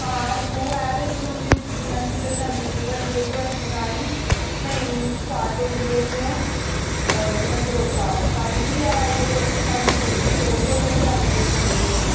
हां जू ऐ लेकिन हून जियां कि इद्धर नमीं जू बनी दी ऐ टवांटी नाईन मेई गी स्टार्ट होई ही ओह् जू नगरोटा पैह्ले बी ऐ इद्धर पंजतीर्थी कोल ते हून इक नमीं जू खुल्ली दी ऐ